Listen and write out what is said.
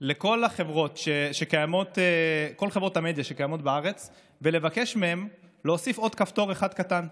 לכל חברות המדיה שקיימות בארץ ולבקש מהן להוסיף עוד כפתור קטן,